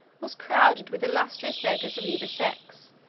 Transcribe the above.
was crowded with illustrious beggars of either sex,